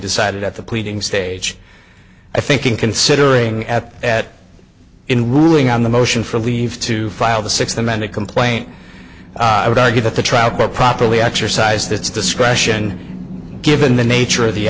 decided at the pleading stage i think in considering at at in ruling on the motion for leave to file the sixth amended complaint i would argue that the trial court properly exercised its discretion given the nature of the